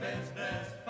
business